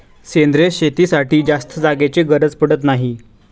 सेंद्रिय शेतीसाठी जास्त जागेची गरज पडत नाही